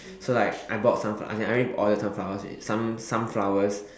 so like I bought some flower as in I already ordered some flowers already some some some flowers